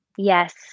Yes